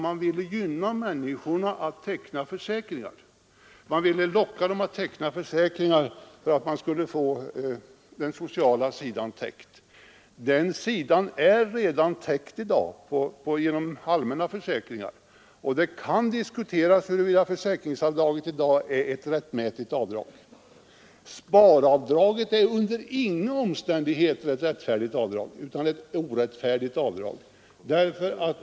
Man ville locka människor att ta försäkringar för att få den sociala sidan täckt. Men den sidan är täckt i dag genom allmänna försäkringar, och då kan det diskuteras huruvida försäkringsavdraget i dag är berättigat. Sparavdraget är under inga omständigheter ett rättfärdigt avdrag.